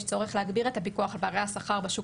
יש צורך להגביר את הפיקוח על פערי השכר בשוק